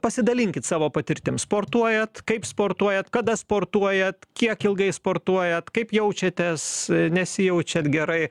pasidalinkit savo patirtim sportuojat kaip sportuojat kada sportuojat kiek ilgai sportuojat kaip jaučiatės nesijaučiat gerai